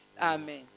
Amen